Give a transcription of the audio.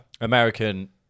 American